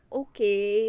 okay